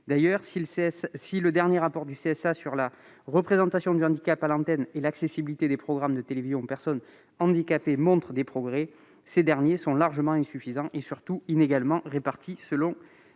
D'ailleurs, si le dernier rapport du CSA sur la représentation du handicap à l'antenne et l'accessibilité des programmes de télévision aux personnes handicapées montre des progrès, ces derniers sont largement insuffisants et surtout inégalement répartis selon